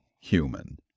human